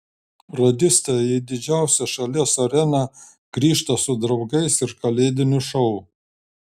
radistai į didžiausią šalies areną grįžta su draugais ir kalėdiniu šou